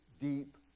deep